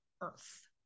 earth